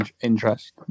interest